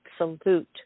absolute